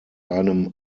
einem